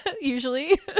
usually